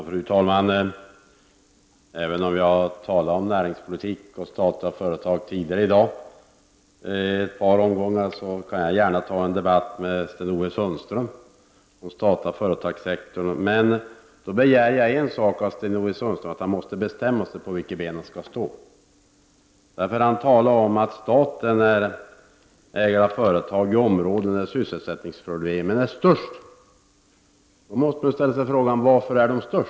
Fru talman! Även om jag har talat om näringspolitik och statliga företag tidigare i dag i ett par omgångar, kan jag gärna ta en debatt med Sten-Ove Sundström om den statliga företagssektorn. Men då begär jag en sak av Sten Ove Sundström: att han bestämmer sig för vilket ben han skall stå på. Han talar om att staten är ägare av företag i områden där sysselsättningsproblemen är störst. Då måste man ställa sig frågan: Varför är de störst?